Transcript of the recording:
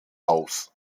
aus